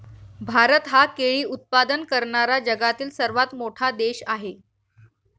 भारत हा केळी उत्पादन करणारा जगातील सर्वात मोठा देश आहे